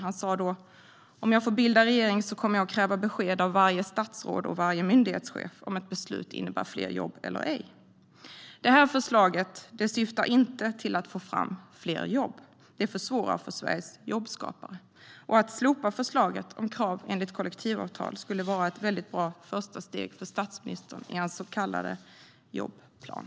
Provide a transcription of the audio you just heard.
Han sa då: Om jag får bilda regering kommer jag att kräva besked av varje statsråd och varje myndighetschef om ett beslut innebär fler jobb eller ej. Detta förslag syftar inte till att få fram fler jobb. Det försvårar för Sveriges jobbskapare. Att slopa förslaget om krav enligt kollektivavtal skulle vara ett väldigt bra första steg för statsministern i hans så kallade jobbplan.